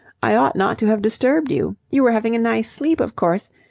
i ought not to have disturbed you. you were having a nice sleep, of course.